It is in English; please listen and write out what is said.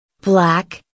Black